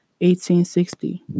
1860